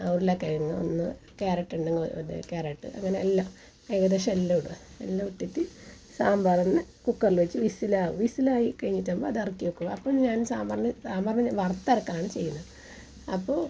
ഉരുള കിഴങ്ങ് ഒന്ന് കാരറ്റ് ഉണ്ടെങ്കിൽ കാരറ്റ് പിന്നെ എല്ലാം ഏകദേശം എല്ലാമിടും എല്ലാം ഇട്ടിട്ട് സാമ്പാർ ഒന്ന് കുക്കറിൽ വെച്ച് വിസിൽ വിസിലായി കഴിഞ്ഞിട്ടാകുമ്പോൾ അത് ഇറക്കി വെക്കും അപ്പോൾ ഞാൻ സാമ്പാറിന് സാമ്പാറിന് ഞാൻ വറുത്തരക്കാറാണ് ചെയ്യാറ് അപ്പോൾ